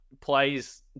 plays